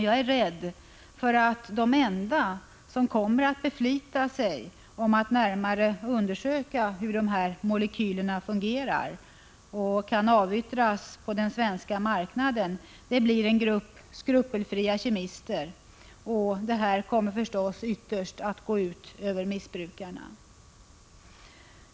Jag är rädd för att de enda som kommer att beflita sig om att närmare undersöka hur de nya syntetiska ämnena fungerar och kan avyttras på den svenska marknaden blir en grupp skrupelfria kemister, och det kommer förstås ytterst att gå ut över missbrukarna.